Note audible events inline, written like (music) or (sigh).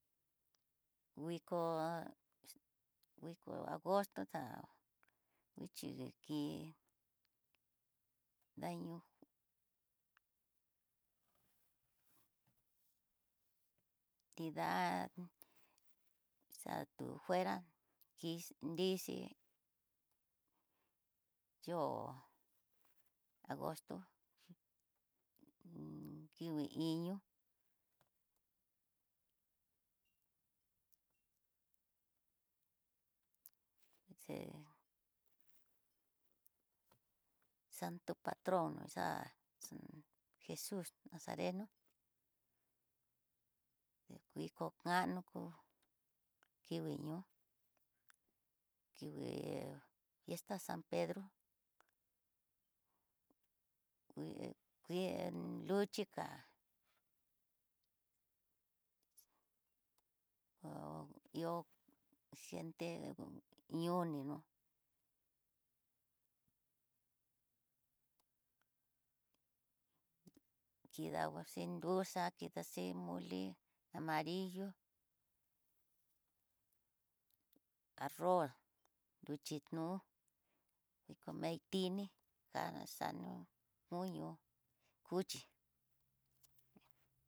Nguiko, nguiko, agosto tán, nguichi i kí nañú, nrida xatú juera rixhi yo'o agosto (hesitation) kingui kiño, xe xanto patron ne xa jesus nasareno, viko kano kó kingui ñoo, kigui fiesta san pedro, nguen luxhi ká ihó gente ihó nino, kidanguaxi nruxa, kidaxhi mole amarrilo, arroz, nruchii noó diko maitini, kadaxañoo koño cuchí.